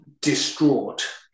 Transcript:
distraught